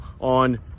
on